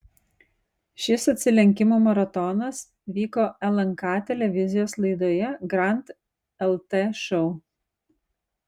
šis atsilenkimų maratonas vyko lnk televizijos laidoje grand lt šou